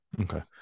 Okay